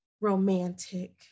romantic